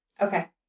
Okay